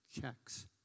checks